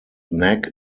neck